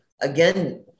again